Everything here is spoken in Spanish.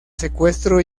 secuestro